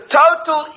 total